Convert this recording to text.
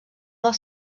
del